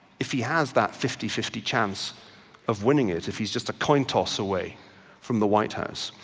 if he has that fifty fifty chance of winning it, if he's just a coin toss away from the white house.